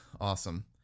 awesome